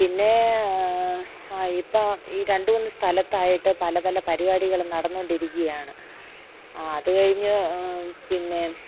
പിന്നെ ഇപ്പം ഈ രണ്ട് മൂന്ന് സ്ഥലത്തായിട്ട് പല പല പരിപാടികൾ നടന്നു കൊണ്ടിരിക്കുകയാണ് അത് കഴിഞ്ഞു പിന്നെ